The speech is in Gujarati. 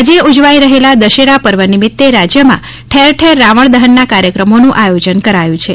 આજે ઉજવાઈ રહેલા દશેરા પર્વ નિમિત્તે રાજ્યમાં ઠેરઠેર રાવણ દહનના કાર્યક્રમોનું આયોજન કરાયું છે